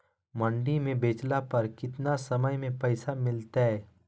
मंडी में बेचला पर कितना समय में पैसा मिलतैय?